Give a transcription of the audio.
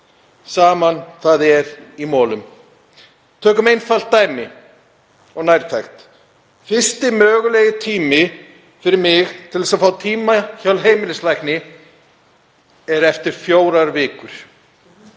saman. Það er í molum. Tökum einfalt dæmi og nærtækt. Fyrsti mögulegi tími fyrir mig til þess að fá tíma hjá heimilislækni er eftir fjórar vikur,